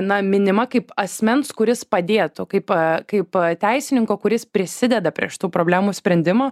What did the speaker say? na minima kaip asmens kuris padėtų kaip kaip teisininko kuris prisideda prie šitų problemų sprendimo